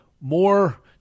more